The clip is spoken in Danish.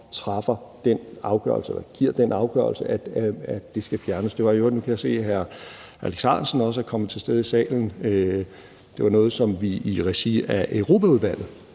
træffer den afgørelse eller giver den afgørelse, at det skal fjernes. Det var i øvrigt – for nu kan jeg se, at hr. Alex Ahrendtsen også er kommet til stede i salen – noget, som vi i regi af Europaudvalget